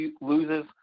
loses